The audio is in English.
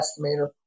estimator